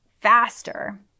faster